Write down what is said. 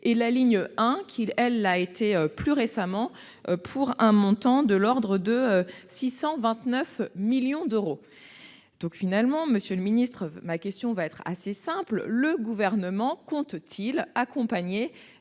et la ligne 1, qui, elle, l'a été plus récemment, pour un montant de l'ordre de 629 millions d'euros. Monsieur le ministre, ma question est simple : le Gouvernement compte-t-il accompagner